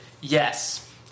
Yes